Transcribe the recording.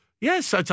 Yes